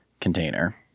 container